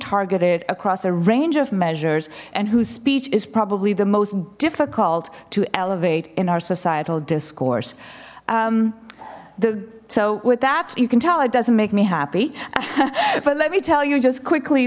targeted across a range of measures and whose speech is probably the most difficult to elevate in our societal discourse the so with that you can tell it doesn't make me happy but let me tell you just quickly